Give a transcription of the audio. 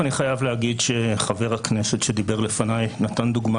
אני חייב להגיד שחבר הכנסת שדיבר לפני נתן דוגמה